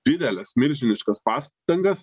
dideles milžiniškas pastangas